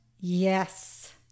Yes